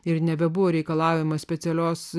ir nebebuvo reikalavimas specialios